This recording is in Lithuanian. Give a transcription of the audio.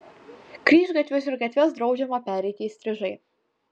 kryžgatvius ir gatves draudžiama pereiti įstrižai